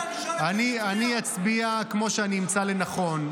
אתה תצביע נגד החוק הזה?